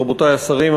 רבותי השרים,